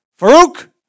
Farouk